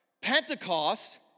Pentecost